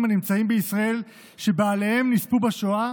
הנמצאים בישראל שבעליהם נספו בשואה,